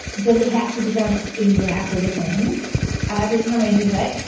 does it have to be done exactly the same every time i do it?